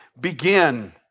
Begin